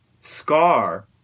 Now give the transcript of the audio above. scar